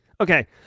Okay